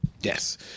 Yes